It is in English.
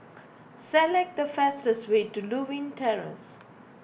select the fastest way to Lewin Terrace